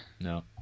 No